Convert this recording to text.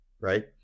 Right